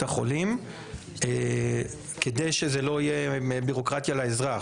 החולים כדי שזאת לא תהיה בירוקרטיה על האזרח.